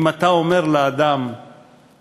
אם אתה אומר לאדם "לץ",